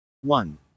One